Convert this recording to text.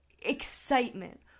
excitement